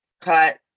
cut